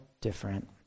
different